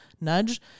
nudge